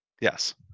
Yes